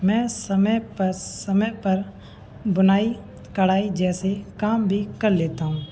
मैं समय पर समय पर बुनाई कढ़ाई जैसे काम भी कर लेता हूँ